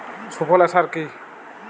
সুফলা সার কি?